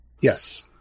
Yes